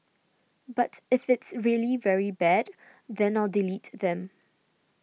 but if it's really very bad then I'll delete them